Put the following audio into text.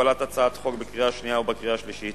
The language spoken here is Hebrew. בקבלת הצעת החוק בקריאה שנייה ובקריאה שלישית,